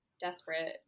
desperate